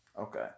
okay